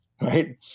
Right